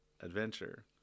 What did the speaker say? adventure